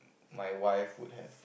my wife would have